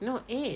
no eight